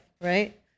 right